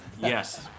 Yes